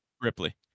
Ripley